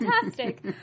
fantastic